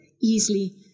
easily